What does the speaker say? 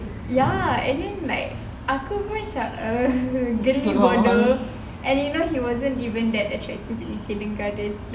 ya and then like aku pun macam uh geli bodoh and you know he wasn't that attractive in kindergarten